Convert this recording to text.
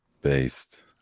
based